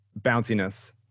bounciness